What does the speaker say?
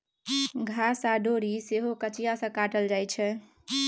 घास आ डोरी सेहो कचिया सँ काटल जाइ छै